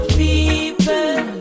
people